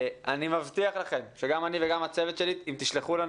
אני מבטיח לכם שגם אני וגם הצוות שלי כאן.